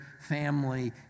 family